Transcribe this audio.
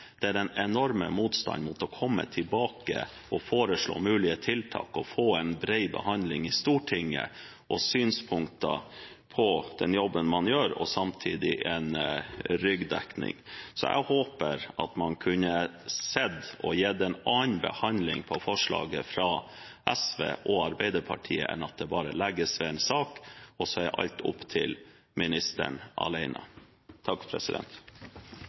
skjønner, er den enorme motstanden mot å komme tilbake og foreslå mulige tiltak og få en bred behandling i Stortinget og synspunkter på den jobben man gjør, og samtidig en ryggdekning. Jeg hadde håpet at man kunne behandlet forslagene fra SV og Arbeiderpartiet annerledes enn man gjør ved at det bare legges ved en sak, og så er alt opp til ministeren